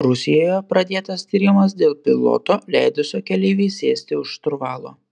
rusijoje pradėtas tyrimas dėl piloto leidusio keleivei sėsti už šturvalo